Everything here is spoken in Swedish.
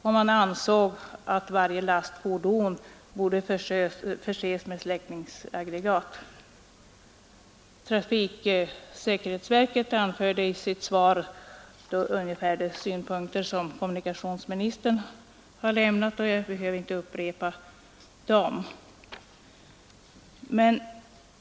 Vidare, ansåg förbundet, borde varje lastfordon förses med släckningsaggregat. Trafiksäkerhetsverket anförde i sitt svar ungefär de synpunkter som kommunikationsministern har framhållit, och jag behöver inte upprepa dem.